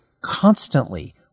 constantly